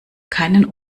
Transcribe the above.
keinen